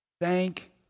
Thank